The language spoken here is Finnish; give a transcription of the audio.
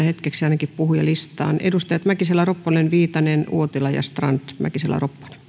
hetkeksi puhujalistaan edustajat mäkisalo ropponen viitanen uotila ja strand